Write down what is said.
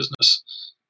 business